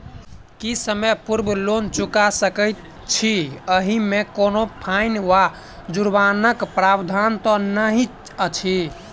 की समय पूर्व लोन चुका सकैत छी ओहिमे कोनो फाईन वा जुर्मानाक प्रावधान तऽ नहि अछि?